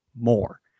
more